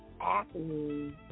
acne